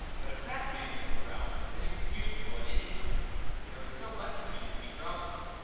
but a fat man with a grouch is inexcusable in any company there is so much of him to be grouchy.